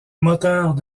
moteurs